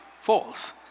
false